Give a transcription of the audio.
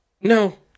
No